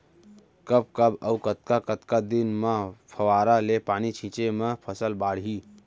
कब कब अऊ कतका कतका दिन म फव्वारा ले पानी छिंचे म फसल बाड़ही?